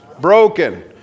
broken